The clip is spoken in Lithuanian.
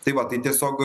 tai va tai tiesiog